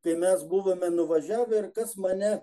kai mes buvome nuvažiavę ir kas mane